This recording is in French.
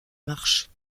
marches